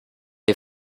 est